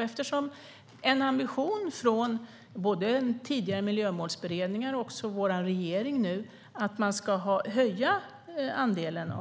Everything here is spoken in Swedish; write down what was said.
Eftersom en ambition från både tidigare miljömålsberedningar och vår regering har varit att höja andelen